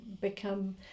become